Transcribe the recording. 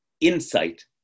insight